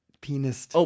Penis